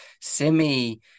semi